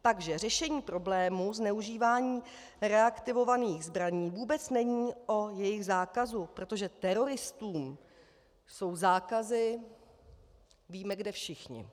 Takže řešení problému zneužívání reaktivovaných zbraní vůbec není o jejich zákazu, protože teroristní jsou zákazy víme kde, všichni.